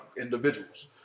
individuals